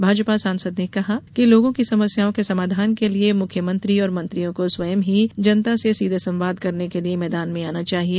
भाजपा सांसद ने कहा कि लोगों की समस्याओं के समाधान के लिए मुख्यमंत्री और मंत्रियों को स्वयं ही जनता से सीधे संवाद करने के लिए मैदान में आना चाहिए